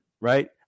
Right